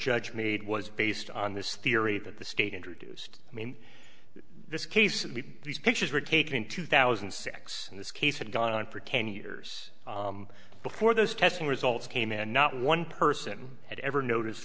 judge made was based on this theory that the state introduced i mean this case these pictures were taken in two thousand and six in this case had gone on for ten years before those testing results came in and not one person had ever notice